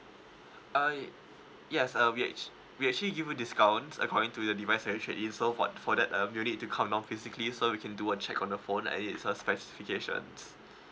uh yes uh we actual we actually give you discounts according to the device that you trade in so for for that um you'll need to come down physically so we can do a check on the phone and it's uh specifications